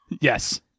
Yes